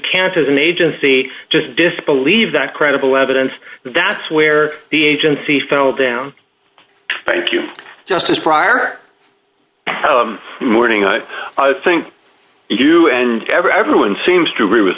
can't as an agency just disbelieve that credible evidence that's where the agency fell down thank you just as prior morning i think you and everyone seems to agree with